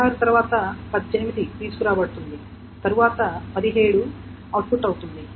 16 తర్వాత 18 తీసుకురాబడుతుంది తరువాత 17 అవుట్పుట్ అవుతుంది